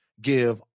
give